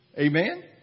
Amen